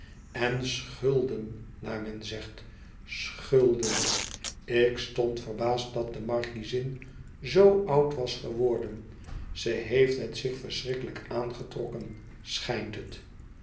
en schulden naar men zegt schulden ik stond verbaasd dat de markiezin zo oud was geworden ze heeft het zich vreeslijk aangetrokken schijnt het